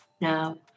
Now